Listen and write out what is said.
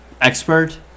expert